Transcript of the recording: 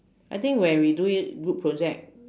I think when we do it group project